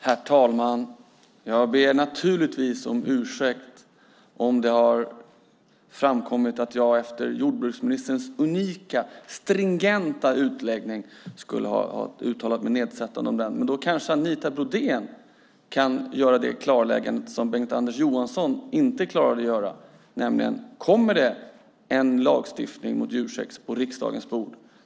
Herr talman! Jag ber naturligtvis om ursäkt om det har framkommit att jag efter jordbruksministerns unika, stringenta utläggning skulle ha uttalat mig nedsättande. Men kanske Anita Brodén kan göra det klarläggande som Bengt-Anders Johansson inte klarade av att göra: Kommer det en lagstiftning mot djursex?